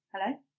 Hello